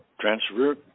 transfer